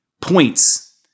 points